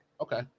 Okay